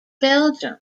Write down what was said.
belgium